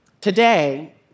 Today